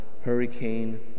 Hurricane